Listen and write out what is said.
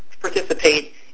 participate